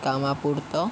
कामापुरतं